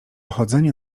chodzenie